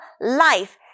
life